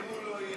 ואם הוא לא יהיה?